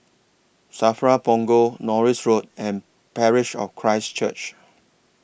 SAFRA Punggol Norris Road and Parish of Christ Church